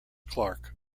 clarke